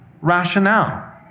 rationale